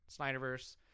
snyderverse